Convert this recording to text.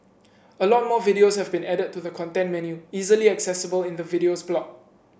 a lot more videos have been added to the content menu easily accessible in the Videos block